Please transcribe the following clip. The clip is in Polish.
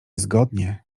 zgodnie